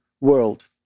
world